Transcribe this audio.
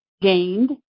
gained